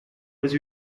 was